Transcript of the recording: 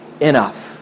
enough